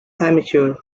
amateur